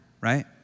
right